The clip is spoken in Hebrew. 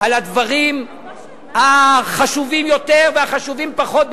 על הדברים החשובים יותר והחשובים פחות,